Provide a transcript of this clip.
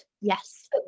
yes